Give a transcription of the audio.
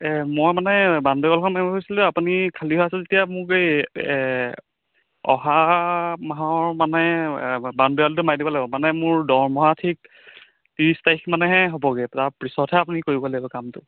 মই মানে বাউণ্ডৰি ৱালখন মাৰিম বুলি ভাবিছিলো আপুনি খালী হৈ আছে যেতিয়া মোক এই অহা মাহৰ মানে বাউণ্ডৰি ৱালটো মাৰি দিব লাগিব মানে মোৰ দৰমহা ঠিক তিৰিছ তাৰিখ মানেহে হ'বগে তাৰপিছতহে আপুনি কৰিব লাগিব কামটো